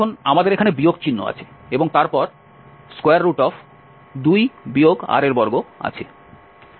সুতরাং আমাদের বিয়োগ চিহ্ন আছে এবং তারপর 2 r2 আছে r এর মান 0 থেকে 1 পর্যন্ত